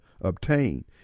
obtain